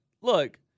look